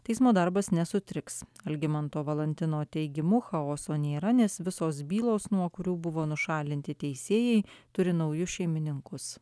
teismo darbas nesutriks algimanto valantino teigimu chaoso nėra nes visos bylos nuo kurių buvo nušalinti teisėjai turi naujus šeimininkus